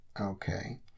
Okay